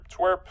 twerp